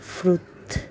ফ্রুথ